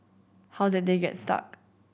how did they get stuck